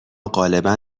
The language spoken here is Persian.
غالبا